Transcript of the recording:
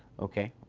okay,